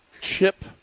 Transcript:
Chip